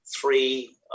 three